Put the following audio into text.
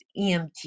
EMT